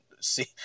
see